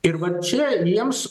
ir va čia jiems